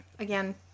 Again